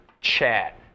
chat